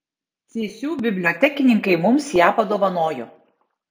cėsių bibliotekininkai mums ją padovanojo